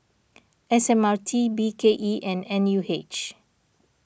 S M R T B K E and N U H